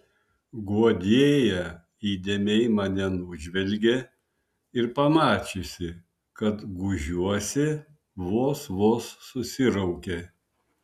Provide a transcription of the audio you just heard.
guodėja įdėmiai mane nužvelgė ir pamačiusi kad gūžiuosi vos vos susiraukė